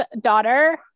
daughter